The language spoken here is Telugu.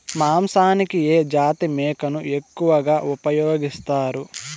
మాంసానికి ఏ జాతి మేకను ఎక్కువగా ఉపయోగిస్తారు?